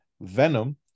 Venom